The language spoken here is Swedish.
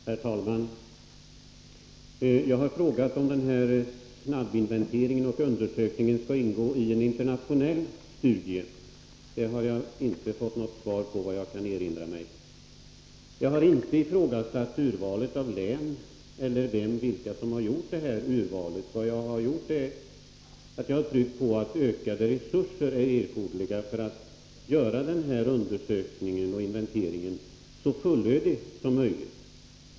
Herr talman! Jag har frågat om den här snabbinventeringen skall ingå i en internationell studie. Jag har inte fått något svar på det, såvitt jag kan erinra mig. Jag har inte ifrågasatt urvalet av län eller vilka som gjort urvalet. Vad jag har gjort är att jag tryckt på om att ökade resurser är erforderliga för att göra denna inventering så fullödig som möjligt.